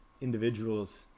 individuals